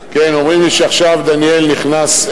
כן, אומרים לי שעכשיו דניאל נכנס.